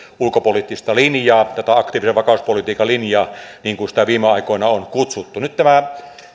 ulkopoliittista linjaa tätä aktiivisen vakauspolitiikan linjaa niin kuin sitä viime aikoina on kutsuttu nyt tämä